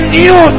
new